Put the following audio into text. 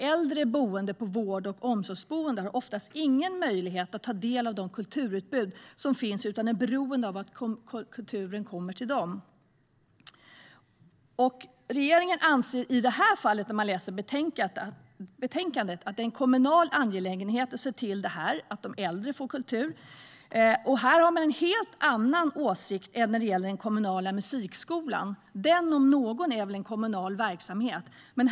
Äldre boende på vård och omsorgsboenden har oftast ingen möjlighet att ta del av det kulturutbud som finns utan är beroende av att kulturen kommer till dem. Regeringen anser i detta fall, vilket framgår för den som läser betänkandet, att det är en kommunal angelägenhet att se till att de äldre får kultur. Här har man en helt annan åsikt än när det gäller den kommunala musikskolan. Den om någon är väl en kommunal verksamhet.